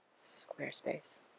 Squarespace